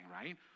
right